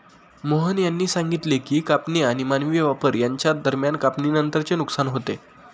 मोहन यांनी सांगितले की कापणी आणि मानवी वापर यांच्या दरम्यान कापणीनंतरचे नुकसान होते